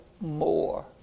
more